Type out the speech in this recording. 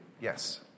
Yes